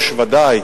היושב-ראש,